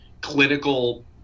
clinical